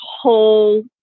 whole